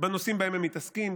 בנושאים שבהם הם מתעסקים,